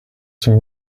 some